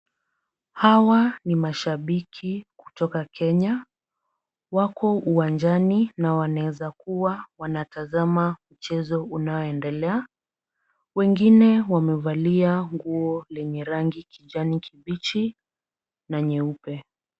Hawa ni mashabiki kutoka Kenya, wako uwanjani na wanaweza kuwa wanatazama mchezo unaoendelea, wengine wamevalia nguo zenye rangi ya kijani kibichi na nyeupe.